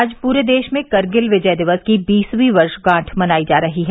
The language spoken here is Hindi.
आज पूरे देश में करगिल विजय दिवस की बीसवीं वर्षगांठ मनायी जा रही है